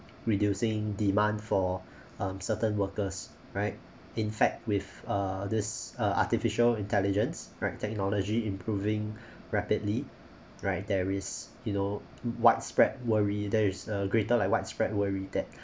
reducing demand for um certain workers right in fact with uh this uh artificial intelligence right technology improving rapidly right there is you know widespread worry there is a greater like widespread worry that